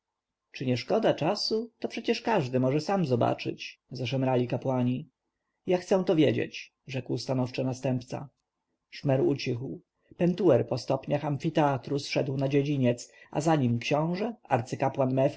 nie szkoda czasu to przecie każdy sam może zobaczyć zaszemrali kapłani ja chcę to wiedzieć rzekł stanowczo następca szmer ucichł pentuer po stopniach amfiteatru zeszedł na dziedziniec a za nim książę arcykapłan mefres